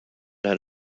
had